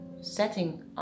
setting